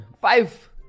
Five